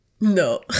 No